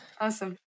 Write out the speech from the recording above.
Awesome